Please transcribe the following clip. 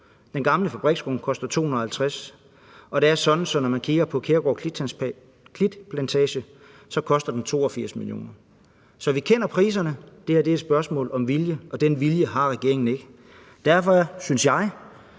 den gamle fabriksgrund koster 250 mio. kr., og det er sådan, når man kigger på Kærgård Klitplantage, at det koster 82 mio. kr. Så vi kender priserne, men det her er et spørgsmål om vilje, og den vilje har regeringen ikke. Derfor synes jeg,